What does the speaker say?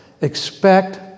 Expect